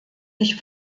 ich